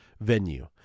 venue